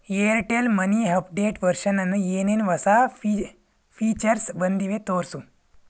Airtel money update ವರ್ಷನ್ನನ್ನು ಏನೇನು ಹೊಸ ಫೀಚರ್ಸ್ ಬಂದಿವೆ ತೋರಿಸು